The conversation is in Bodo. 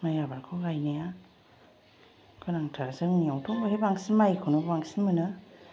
माइ आबादखौ गायनाया गोनांथार जोंनिआवथ' बांसिन माइखौनो बांसिन मोनो